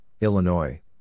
Illinois